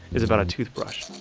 is about a toothbrush.